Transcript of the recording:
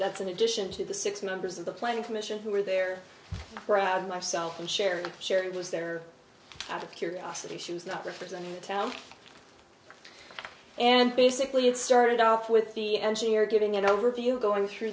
that's in addition to the six members of the planning commission who were there crowd myself and sharon sharon was there out of curiosity she was not representing town and basically it started off with the engineer getting an overview going through